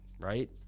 right